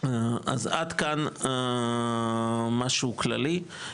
אז עד כאן משהו כללי.